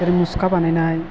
जेरै मुसुखा बानायनाय